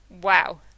wow